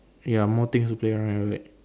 ya more things to play around with it